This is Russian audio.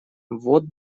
вот